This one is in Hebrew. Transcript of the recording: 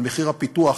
מחיר הפיתוח,